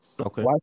okay